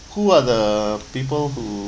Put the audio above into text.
who are the people who